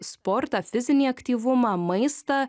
sportą fizinį aktyvumą maistą